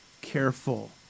careful